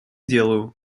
делаю